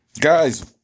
Guys